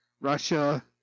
Russia